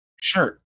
Sure